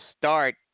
start